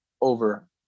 over